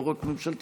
לא רק ממשלתיות.